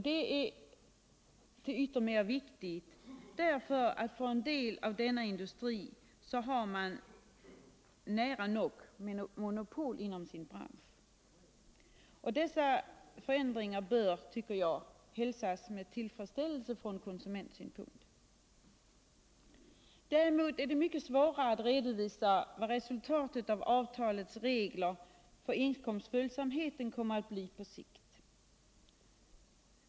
Det är ytterst viktigt, eftersom en del av denna industri har nära nog monopol inom sin bransch. Dessa förändringar bör, tycker jag, hälsas med tillfredsställelse från konsumentsynpunkt. Däremot är det mycket svårare att redovisa vad resultatet av avtalets regler för inkomstföljsamheten kommer att bli på sikt.